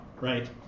right